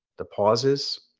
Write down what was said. the pauses.